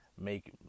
make